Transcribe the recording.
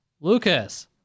Lucas